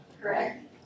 correct